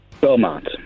Belmont